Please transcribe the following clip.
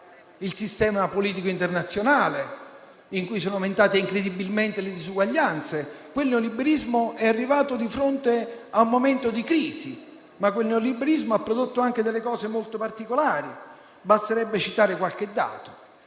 il sistema politico internazionale, in cui sono aumentate incredibilmente le disuguaglianze, quel neoliberismo che è giunto ad un momento di crisi, ha prodotto anche delle conseguenze molto particolari. Basterebbe citare qualche dato.